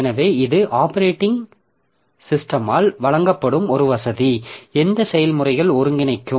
எனவே இது ஆப்பரேட்டிங் சிஸ்டமால் வழங்கப்படும் ஒரு வசதி எந்த செயல்முறைகள் ஒருங்கிணைக்கும்